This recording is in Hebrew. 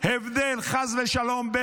חס ושלום,